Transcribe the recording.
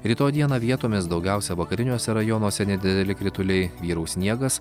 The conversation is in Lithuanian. rytoj dieną vietomis daugiausia vakariniuose rajonuose nedideli krituliai vyraus sniegas